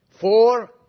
four